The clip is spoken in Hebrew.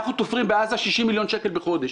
אנחנו תופרים בעזה בהיקף של 60 מיליון שקל בחודש.